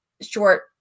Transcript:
short